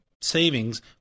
savings